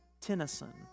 Tennyson